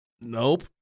Nope